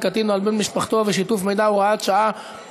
קטין או על בן-משפחתו ושיתוף במידע (הוראת שעה),